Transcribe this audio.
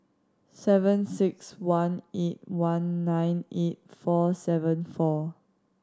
seven six one eight one nine eight four seven four